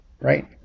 right